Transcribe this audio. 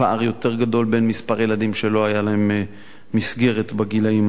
יותר גדול בין מספר הילדים שלא היתה להם מסגרת בגילים הללו.